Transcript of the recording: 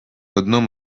одном